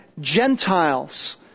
Gentiles